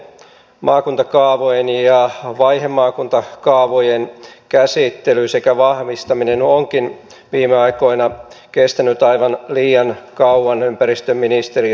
monien maakuntakaavojen ja vaihemaakuntakaavojen käsittely sekä vahvistaminen onkin viime aikoina kestänyt aivan liian kauan ympäristöministeriössä